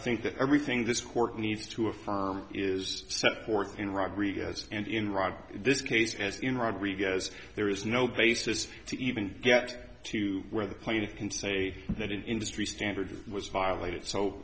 think that everything this court needs to affirm is set forth in rodriguez and in rob this case as in rodriguez there is no basis to even get to where the plaintiff can say that an industry standard was violated so